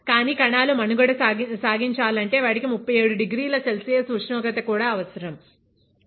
కానీ కణాలు మనుగడ సాగించాలంటే వాటికి 37 డిగ్రీల సెల్సియస్ ఉష్ణోగ్రత కూడా అవసరం